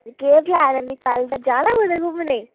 केह् ख्याल ऐ फिर कल फ्ही जाना कुतै घूमने गी